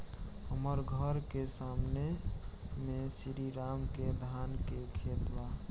हमर घर के सामने में श्री राम के धान के खेत बा